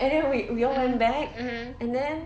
and then we we all went back and then